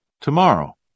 Tomorrow